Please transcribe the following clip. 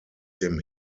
dem